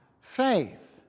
faith